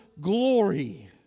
glory